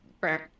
Right